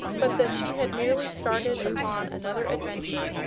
but that she had merely started upon another adventure,